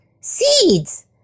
Seeds